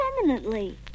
permanently